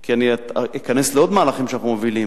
כי אני אכנס לעוד מהלכים שאנחנו מובילים,